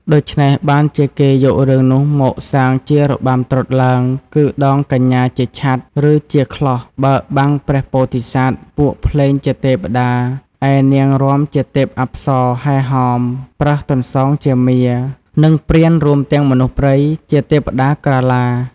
ដូច្នេះ បានជាគេយករឿងនោះមកកសាងជារបាំត្រុដិឡើង គឺដងកញ្ញាជាឆ័ត្រ ឬជាក្លស់ បើកបាំងព្រះពោធិសត្វ ពួកភ្លេងជាទពតា ឯនាងរាំជាទេពអប្សរហែហម ប្រើសទន្សោងជាមារ និងព្រានរួមទាំងមនុស្សព្រៃជាទេពតាកាឡា។